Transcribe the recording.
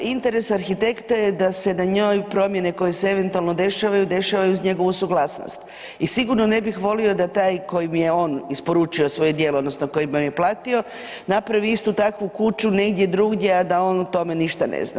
Interes arhitekta je da se na njoj promjene koje se eventualno dešavaju, dešavaju uz njegovu suglasnost i sigurno ne bi volio da taj koji mu je on isporučio svoje djelo, odnosno koji mu je platio, napravi istu takvu kuću negdje drugdje, a da on o tome ništa ne zna.